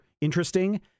interesting